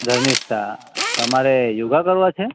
ધર્મિષ્ઠા તમારે યોગા કરવા છે